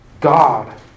God